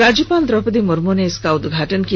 राज्यपाल द्रौपदी मुर्मू ने इसका उदघाटन किया